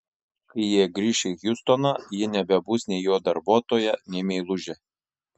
kai jie grįš į hjustoną ji nebebus nei jo darbuotoja nei meilužė